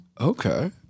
Okay